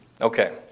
Okay